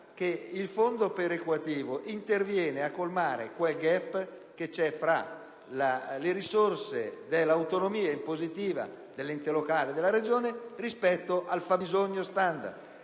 il fondo perequativo interviene per colmare il *gap* che esiste tra le risorse dell'autonomia impositiva dell'ente locale, della Regione, rispetto al fabbisogno standard.